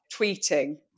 tweeting